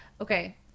Okay